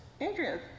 Adrian